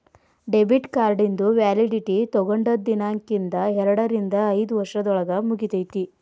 debit ಕಾರ್ಡಿಂದು validity ತೊಗೊಂಡದ್ ದಿನಾಂಕ್ದಿಂದ ಎರಡರಿಂದ ಐದ್ ವರ್ಷದೊಳಗ ಮುಗಿತೈತಿ